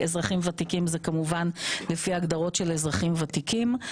אזרחים ותיקים זה לפי ההגדרות של אזרחים ותיקים.